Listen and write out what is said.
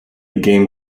game